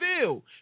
feel